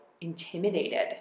intimidated